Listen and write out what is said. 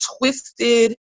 twisted